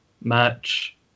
match